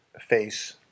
face